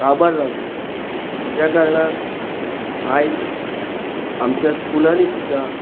काबार जावं शकता त्या कारणान आयज आमच्या स्कुलांनी सुद्दां